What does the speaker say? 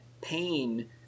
pain